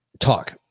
Talk